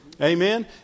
Amen